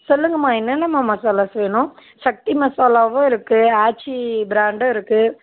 சொல்லுங்கம்மா என்னென்னம்மா மசாலாஸ் வேணும் ஷக்தி மசாலாவும் இருக்கு ஆச்சி ப்ராண்டும் இருக்கு